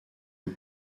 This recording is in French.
aux